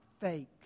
fake